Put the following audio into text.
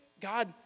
God